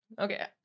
Okay